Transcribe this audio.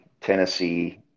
Tennessee